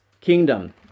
kingdom